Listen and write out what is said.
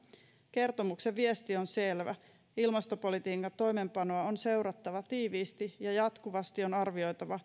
kertomuksen viesti on selvä ilmastopolitiikan toimeenpanoa on seurattava tiiviisti ja jatkuvasti on arvioitava